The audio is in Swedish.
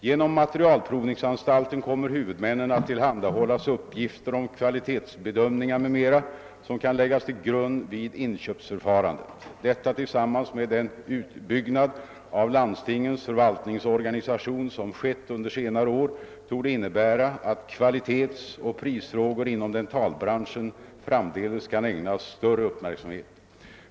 Genom materialprovningsanstalten kommer huvudmännen att tillhandahållas uppgifter om kvalitetsbedömningar m.m. som kan läggas till grund vid inköpsförfarandet. Detta tillsammans med den utbyggnad av landstingens förvaltningsorganisation som skett under senare år torde innebära, att kvalitetsoch prisfrågor inom dentalbranschen framdeles kan ägnas större uppmärksamhet.